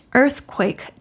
earthquake